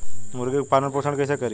मुर्गी के पालन पोषण कैसे करी?